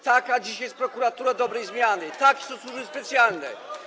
Taka dzisiaj jest prokuratura dobrej zmiany, takie są służby specjalne.